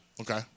Okay